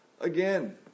again